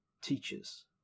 Teachers